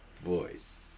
Voice